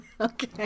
Okay